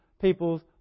peoples